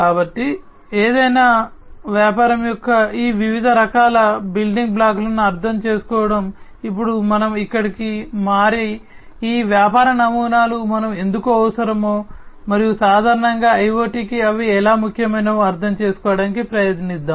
కాబట్టి ఏదైనా వ్యాపారం యొక్క ఈ వివిధ రకాల బిల్డింగ్ బ్లాక్లను అర్థం చేసుకోవడం ఇప్పుడు మనము ఇక్కడకు మారి ఈ వ్యాపార నమూనాలు మనకు ఎందుకు అవసరమో మరియు సాధారణంగా IoT కి అవి ఎలా ముఖ్యమైనవో అర్థం చేసుకోవడానికి ప్రయత్నిద్దాం